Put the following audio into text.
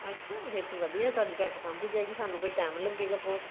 ਅੱਛਾ ਫਿਰ ਤਾਂ ਵਧੀਆ ਸਾਡੇ ਝੱਟ ਸਾਂਭੀ ਜਾਏਗੀ ਸਾਨੂੰ ਫਿਰ ਟਾਈਮ ਲੱਗੇਗਾ ਬਹੁਤ